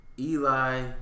Eli